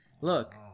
Look